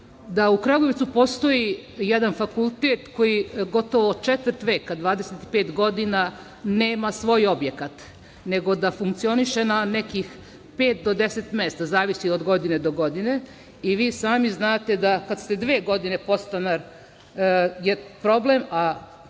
u Kragujevcu postoji jedan fakultet koji gotovo četvrt veka, 25 godina, nema svoj objekat, nego funkcioniše na nekih pet do 10 mesta, zavisi od godine do godine. Vi sami znate da kad ste dve godine podstanar je problem, a